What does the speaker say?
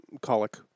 colic